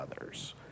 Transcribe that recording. others